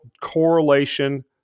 correlation